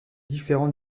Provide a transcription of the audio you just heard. différents